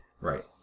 right